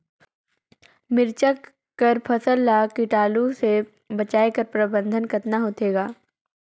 मिरचा कर फसल ला कीटाणु से बचाय कर प्रबंधन कतना होथे ग?